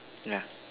ya